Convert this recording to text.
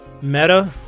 Meta